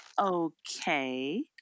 okay